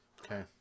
Okay